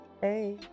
Hey